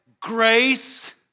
grace